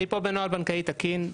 אני כאן בנוהל בנקאי תקין,